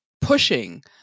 pushing